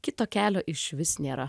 kito kelio išvis nėra